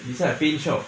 shop